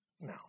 No